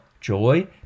joy